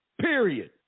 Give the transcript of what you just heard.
period